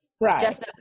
right